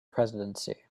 presidency